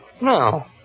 No